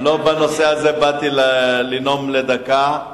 אבל לא בנושא הזה באתי לנאום נאום בן דקה.